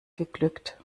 geglückt